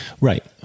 Right